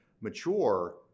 mature